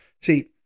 See